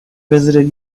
visited